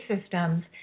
systems